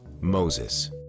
Moses